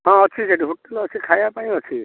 ହଁ ଅଛି ସେଠି ହୋଟେଲ୍ ଅଛି ଖାଇବା ପାଇଁ ଅଛି